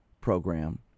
program